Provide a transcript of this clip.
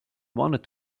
wanted